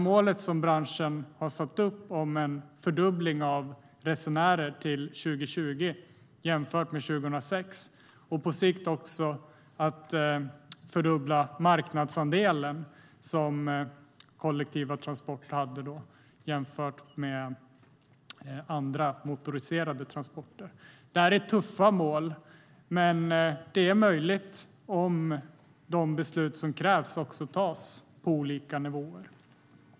Målet som branschen har satt upp om en fördubbling av resenärer till 2020, jämfört med 2006, och på sikt om en fördubblad marknadsandel för kollektiva transporter i förhållande till andra motoriserade transporter är tufft. Men det är möjligt om de beslut som krävs tas på olika nivåer.